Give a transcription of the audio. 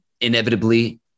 Inevitably